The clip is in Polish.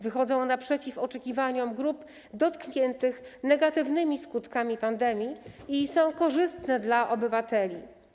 Wychodzą naprzeciw oczekiwaniom grup dotkniętych negatywnymi skutkami pandemii i są korzystne dla obywateli.